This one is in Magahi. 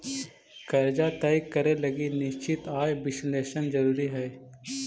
कर्जा तय करे लगी निश्चित आय विश्लेषण जरुरी हई